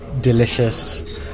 delicious